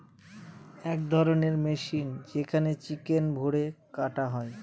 এক ধরণের মেশিন যেখানে চিকেন ভোরে কাটা হয়